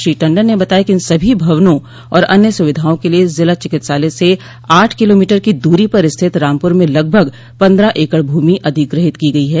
श्री टण्डन ने बताया कि इन सभी भवनों और अन्य सुविधाओं के लिये ज़िला चिकित्सालय से आठ किलोमीटर की दूरी पर स्थित रामपुर में लगभग पन्द्रह एकड़ भूमि अधिग्रहित की गई है